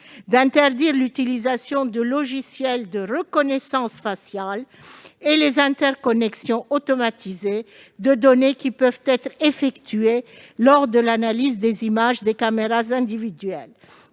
d'interdire l'utilisation de logiciels de reconnaissance faciale et les interconnexions automatisées de données qui peuvent être effectuées lors de l'analyse des images des caméras individuelles.